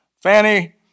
Fanny